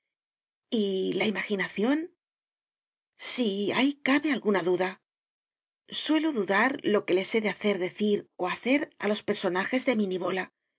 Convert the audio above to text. la imaginación sí ahí cabe alguna duda suelo dudar lo que les he de hacer decir o hacer a los personajes de mi